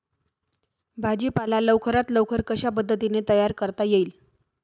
भाजी पाला लवकरात लवकर कशा पद्धतीने तयार करता येईल?